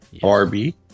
Barbie